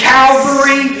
Calvary